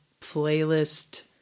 playlist